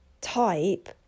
type